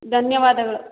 ಧನ್ಯವಾದಗಳು